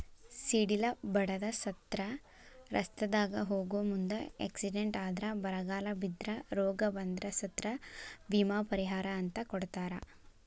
ಸಿಡಿಲ ಬಡದ ಸತ್ರ ರಸ್ತಾದಾಗ ಹೋಗು ಮುಂದ ಎಕ್ಸಿಡೆಂಟ್ ಆದ್ರ ಬರಗಾಲ ಬಿದ್ರ ರೋಗ ಬಂದ್ರ ಸತ್ರ ವಿಮಾ ಪರಿಹಾರ ಅಂತ ಕೊಡತಾರ